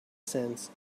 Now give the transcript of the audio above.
sense